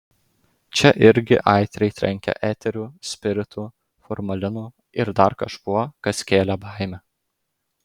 čia irgi aitriai trenkė eteriu spiritu formalinu ir dar kažkuo kas kėlė baimę